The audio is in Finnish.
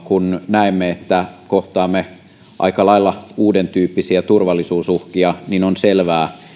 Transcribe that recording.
kun näemme että kohtaamme aika lailla uudentyyppisiä turvallisuusuhkia on selvää